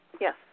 Yes